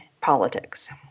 politics